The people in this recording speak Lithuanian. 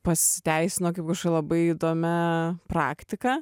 pasiteisino kaip kažkokia labai įdomia praktika